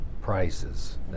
prices